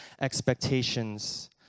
expectations